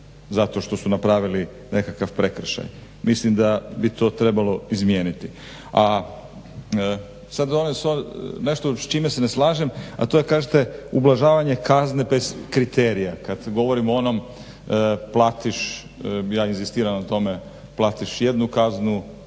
zato što su napravili nekakav prekršaj. Mislim da bi to trebalo izmijeniti. A sada nešto s čime se ne slažem, a to je kažete ublažavanje kazne bez kriterija. Kada govorimo o onom platiš, ja inzistiram na tome, platiš jednu kaznu